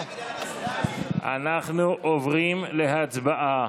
אנחנו עוברים להצבעה,